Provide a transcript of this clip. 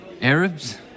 Arabs